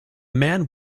man